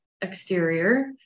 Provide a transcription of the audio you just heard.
exterior